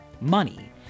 money